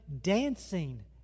dancing